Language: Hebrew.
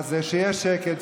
אז שיהיה שקט.